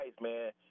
man